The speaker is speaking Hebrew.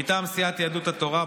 מטעם סיעת יהדות התורה,